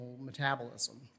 metabolism